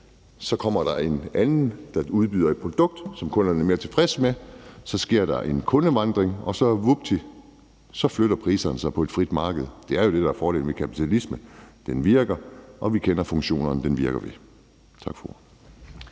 Så kommer der en anden, der udbyder et produkt, som kunderne er mere tilfredse med, og så sker der en kundevandring, og vupti, så flytter priserne sig på et frit marked. Det er jo det, der er fordelen ved kapitalismen: Den virker, og vi kender de mekanismer, den virker ved. Tak for